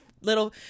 little